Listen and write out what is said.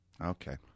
Okay